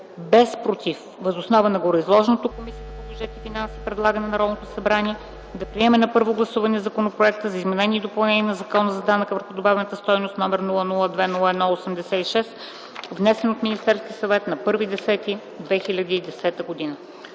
без „против”. Въз основа на гореизложеното Комисията по бюджет и финанси предлага на Народното събрание да приеме на първо гласуване Законопроект за изменение и допълнение на Закона за данък върху добавената стойност, № 002-01-86, внесен от Министерския съвет на 01.10.2010 г.”